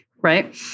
right